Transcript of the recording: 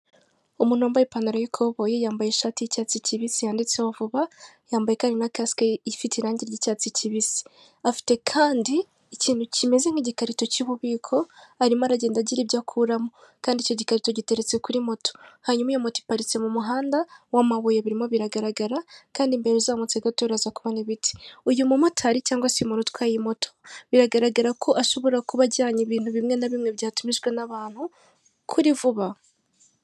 Umuntu wambaye ipantaro y'ikoboyi, yambaye ishati y'icyatsi kibisi yanditseho vuba, yambaye kandi na kasike ifite irangi ry'icyatsi kibisi. Afite kandi ikintu kimeze nk'igikarito cy'ububiko arimo aragenda agira ibyo akuramo kandi icyo gikarito giteretse kuri moto, hanyuma iyo moto iparitse mu muhanda w'amabuye birimo biragaragara kandi mbere uzamutse gato uraza kubona ibiti, uyu mumotari cyangwa se uyu muntu utwaye iyi moto biragaragara ko ashobora kuba ajyanye ibintu bimwe na bimwe byatumijwe n'abantu kuri vuba.